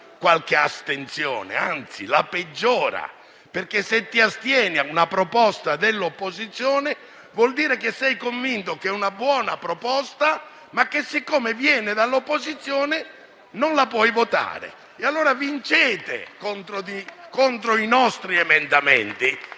qualche astensione, anzi la peggiora, perché se ci si astiene su una proposta dell'opposizione vuol dire che si è convinti che è una buona proposta ma, siccome viene dall'opposizione, non la si può votare. Vincete, allora, contro i nostri emendamenti